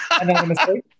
anonymously